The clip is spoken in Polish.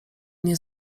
nie